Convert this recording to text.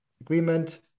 Agreement